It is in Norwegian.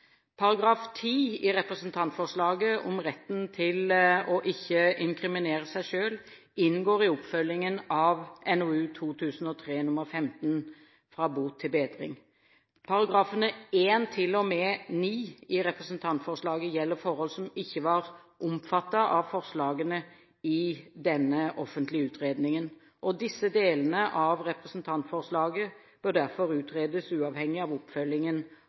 Paragraf 10 i representantforslaget, om retten til ikke å inkriminere seg selv, inngår i oppfølgingen av NOU 2003: 15, Fra bot til bedring. Paragrafene 1–9 i representantforslaget gjelder forhold som ikke var omfattet av forslagene i den offentlige utredningen. Disse delene av representantforslaget bør derfor utredes uavhengig av oppfølgingen